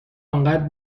انقدر